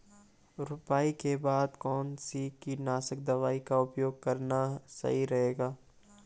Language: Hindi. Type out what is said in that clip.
रुपाई के बाद कौन सी कीटनाशक दवाई का प्रयोग करना सही रहेगा?